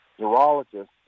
neurologist